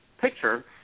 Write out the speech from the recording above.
picture